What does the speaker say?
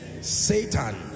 Satan